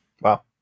Wow